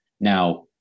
Now